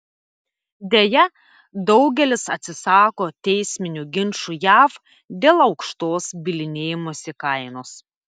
deja daugelis atsisako teisminių ginčų jav dėl aukštos bylinėjimosi kainos